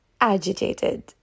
agitated